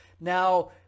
Now